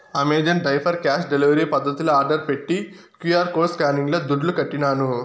Amazon diaper cash delivery పద్దతిల order పెట్టి QR code స్కానింగ్ల దుడ్లుకట్టినాను